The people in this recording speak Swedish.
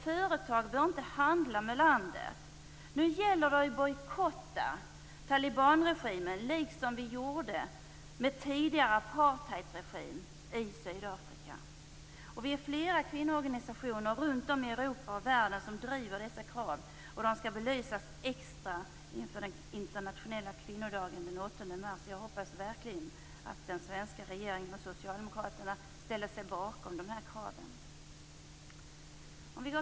Företag bör inte handla med landet. Nu gäller det att bojkotta talibanregimen liksom vi gjorde med den tidigare apartheidregimen i Sydafrika. Vi är flera kvinnoorganisationer runt om i Europa och världen som driver dessa krav, och de skall belysas extra inför den internationella kvinnodagen den 8 mars. Jag hoppas verkligen att den svenska regeringen och socialdemokraterna ställer sig bakom de här kraven.